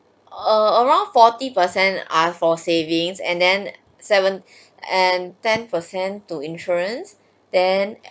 err around forty percent are for savings and then seven and ten per cent to insurance then